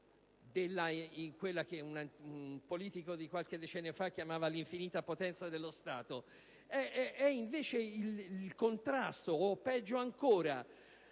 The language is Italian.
solo quello che un politico di qualche anno fa chiamava l'infinita potenza dello Stato. E' invece il contrasto o, peggio ancora,